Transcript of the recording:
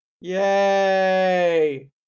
Yay